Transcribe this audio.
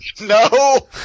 No